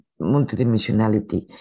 multidimensionality